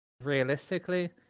realistically